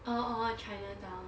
orh orh chinatown